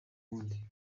wundi